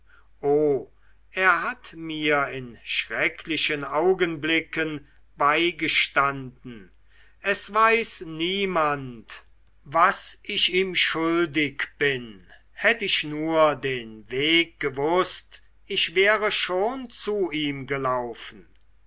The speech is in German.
o er hat mir in schrecklichen augenblicken beigestanden es weiß niemand was ich ihm schuldig bin hätt ich nur den weg gewußt ich wäre schon zu ihm gelaufen